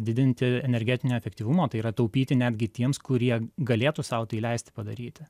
didinti energetinio efektyvumo tai yra taupyti netgi tiems kurie galėtų sau tai leisti padaryti